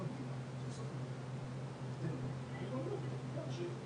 מהתחדשות עירונית ואנחנו יודעים שהרבה